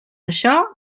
això